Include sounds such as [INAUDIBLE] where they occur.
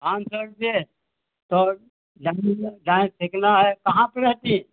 पाँच सौ रुपये तो [UNINTELLIGIBLE] डांस सीखना है कहाँ पर रहती हैं